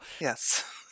Yes